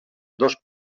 dos